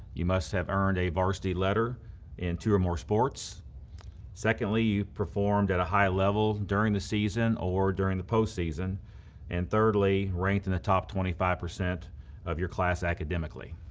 you must have earned a varsity letter in two or more sports secondly, you performed at a high level during the season or during the postseason and thirdly, ranked in the top twenty five percent of your class academically.